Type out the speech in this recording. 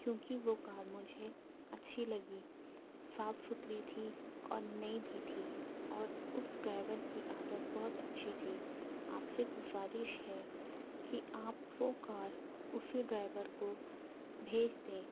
کیونکہ وہ کار مجھے اچھی لگی صاف ستھری تھی اور نئی بھی تھی اور اس ڈرائیور کی عادت بہت اچھی تھی آپ سے گذارش ہے کہ آپ وہ کار اسی ڈرائیور کو بھیج دیں